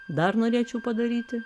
dar norėčiau padaryti